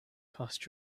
costs